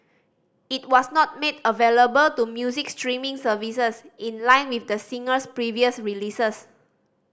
it was not made available to music streaming services in line with the singer's previous releases